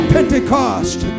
Pentecost